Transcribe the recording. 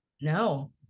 no